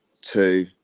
two